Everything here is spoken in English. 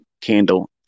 candle